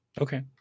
Okay